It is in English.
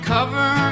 Cover